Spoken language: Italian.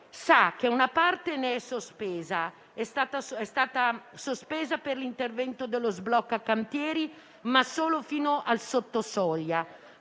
sa che una parte è stata sospesa per l'intervento del provvedimento sblocca cantieri (solo fino al sotto soglia);